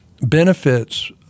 benefits